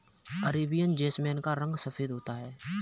Arabian jasmine का रंग सफेद होता है